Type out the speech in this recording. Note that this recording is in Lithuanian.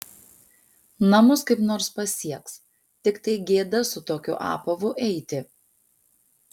namus kaip nors pasieks tiktai gėda su tokiu apavu eiti